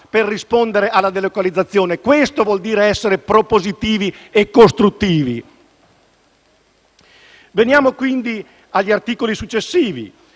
per rispondere alla delocalizzazione; questo vuol dire essere propositivi e costruttivi. Passando agli articoli successivi,